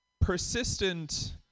persistent